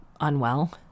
unwell